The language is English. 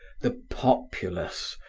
the populace,